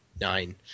nine